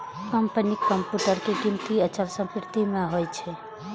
कंपनीक कंप्यूटर के गिनती अचल संपत्ति मे होइ छै